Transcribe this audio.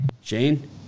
Shane